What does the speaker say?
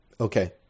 Okay